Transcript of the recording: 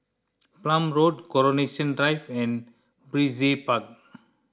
Palm Road Coronation Drive and Brizay Park